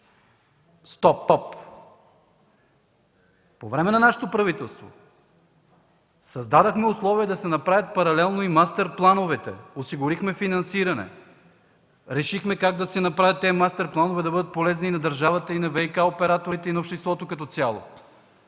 три! Стоп! По време на нашето правителство създадохме условия да се направят паралелно и мастер плановете, осигурихме финансиране. Решихме как да се направят тези мастер планове, за да бъдат полезни и на държавата, и на ВиК операторите, и на обществото като цяло.